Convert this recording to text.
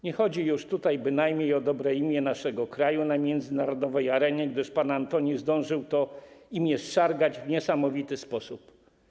Nie chodzi już tutaj bynajmniej o dobre imię naszego kraju na międzynarodowej arenie, gdyż pan Antoni zdążył to imię zszargać w niesamowity sposób.